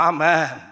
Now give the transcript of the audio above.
Amen